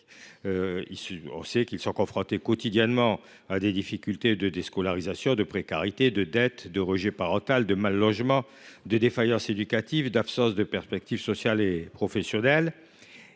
narcotrafic sont confrontés au quotidien à des problèmes de déscolarisation, de précarité, de dette, de rejet parental, de mal logement, de défaillance éducative, et à l’absence de perspectives sociales et professionnelles.